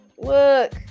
Look